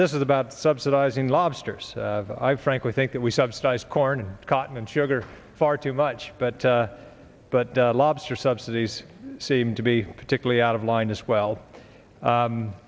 this is about subsidizing lobsters i frankly think that we subsidize corn cotton and sugar far too much but but lobster subsidies seem to be particularly out of line as well